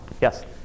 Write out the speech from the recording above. Yes